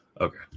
Okay